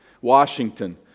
Washington